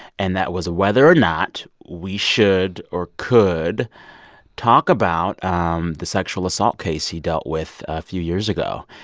and that was whether or not we should or could talk about um the sexual assault case he dealt with a few years ago.